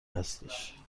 هستش